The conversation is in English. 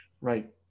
Right